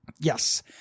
Yes